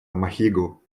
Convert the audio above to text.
махигу